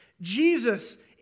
Jesus